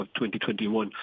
2021